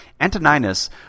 Antoninus